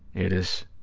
it is.